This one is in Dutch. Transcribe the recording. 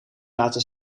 laten